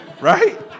Right